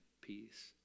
peace